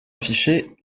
affichée